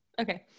Okay